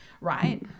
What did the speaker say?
right